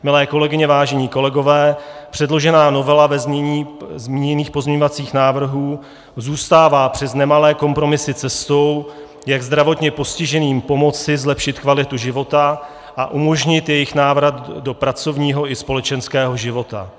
Milé kolegyně, vážení kolegové, předložená novela ve znění zmíněných pozměňovacích návrhů zůstává přes nemalé kompromisy cestou, jak zdravotně postiženým pomoci zlepšit kvalitu života a umožnit jejich návrat do pracovního i společenského života.